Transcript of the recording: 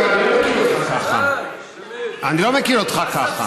יריב, אני לא מכיר אותך ככה.